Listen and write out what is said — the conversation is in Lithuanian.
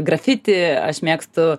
grafiti aš mėgstu